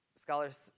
scholars